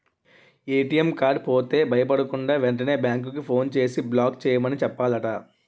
ATM card పోతే భయపడకుండా, వెంటనే బేంకుకి ఫోన్ చేసి బ్లాక్ చేయమని చెప్పాలట